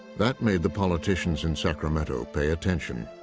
that made the politicians in sacramento pay attention.